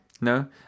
No